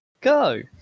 go